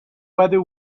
whether